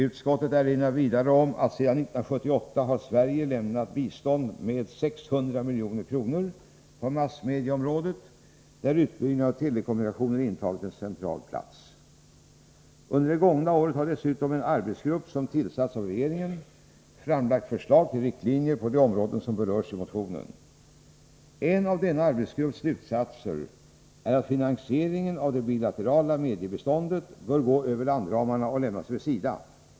Utskottet erinrar vidare om att Sverige sedan 1978 har lämnat bistånd med 600 milj.kr. på massmediaområdet där utbyggnaden av telekommunikationer intagit en central plats. Under det gångna året har dessutom en arbetsgrupp som tillsatts av regeringen framlagt förslag till riktlinjer på de områden som berörs i motionen. En av denna arbetsgrupps slutsatser är att finansieringen av det bilaterala mediebiståndet bör gå över landramarna och lämnas över SIDA.